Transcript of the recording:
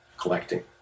collecting